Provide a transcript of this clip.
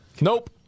Nope